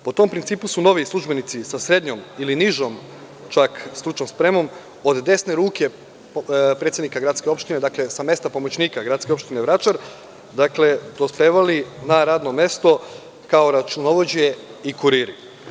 Po tom principu su novi službenici sa srednjom ili nižom čak stručnom spremom od desne ruke predsednika gradske opštine, sa mesta pomoćnika gradske opštine Vračar, dospevali na radno mesto kao računovođe i kuriri.